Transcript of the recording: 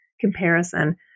comparison